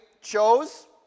...chose